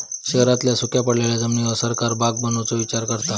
शहरांतल्या सुख्या पडलेल्या जमिनीर सरकार बाग बनवुचा विचार करता